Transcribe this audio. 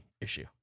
issue